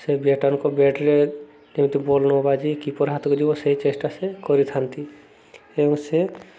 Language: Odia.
ସେ ବ୍ୟାଟର୍ଙ୍କ ବ୍ୟାଟ୍ରେ ଯେମିତି ବଲ୍ ନ ବାଜି କିପର୍ ହାତକୁ ଯିବ ସେଇ ଚେଷ୍ଟା ସେ କରିଥାନ୍ତି ଏବଂ ସେ